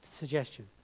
suggestion